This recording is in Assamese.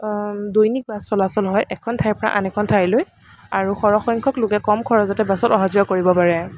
দৈনিক বাছ চলাচল হয় এখন ঠাইৰপৰা আন এখন ঠাইলৈ আৰু সৰহসংখ্য়ক লোকে কম খৰচতে বাছত অহা যোৱা কৰিব পাৰে